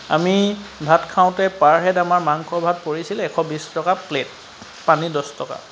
আমি ভাত খাওঁতে পাৰ হেড আমাৰ মাংস ভাত পৰিছিল এশ বিছ টকা প্লেট পানী দহ টকা